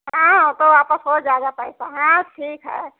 हाँ तो वापस हो जाएगा पैसा हाँ ठीक है